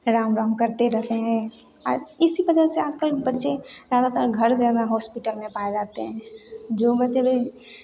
राम राम करते रहते हैं और इसी वजह से आज कल बच्चे ज़्यादातर घर ज़्यादा हॉस्पीटल में पाए जाते हैं जो बच्चे भी